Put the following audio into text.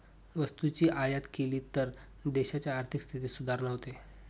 वस्तूची आयात केली तर देशाच्या आर्थिक स्थितीत सुधारणा होते